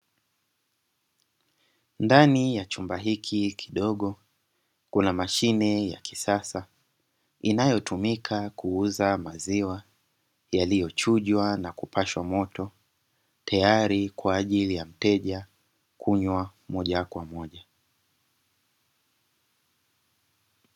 Ndani ya chumba hiki kidogo kuna mashine ya kisasa inayotumika, kuuza maziwa yaliyochujwa na kupashwa moto tayari kwa ajili ya mteja kunywa moja kwa moja.